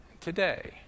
Today